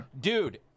dude